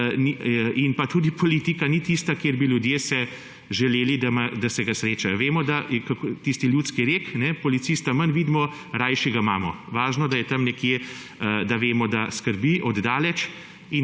in pa tudi politika ni tista, kjer bi ljudje želeli, da jih srečajo. Poznamo tisti ljudski rek: Policista manj vidimo, rajši ga imamo. Važno je, da je tam nekje, da vemo, da skrbi od daleč,